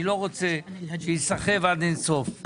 אני לא רוצה שייסחב עד אין סוף.